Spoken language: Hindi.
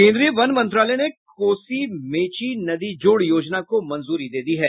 केन्द्रीय वन मंत्रालय ने कोसी मेची नदी जोड़ योजना को मंजूरी दे दी है